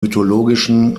mythologischen